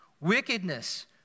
wickedness